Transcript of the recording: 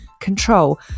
control